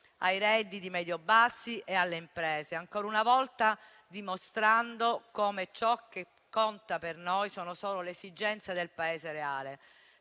ai redditi medio-bassi e alle imprese, ancora una volta dimostrando come ciò che conta per noi siano solo le esigenze del Paese reale,